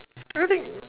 really